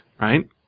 right